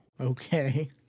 okay